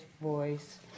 voice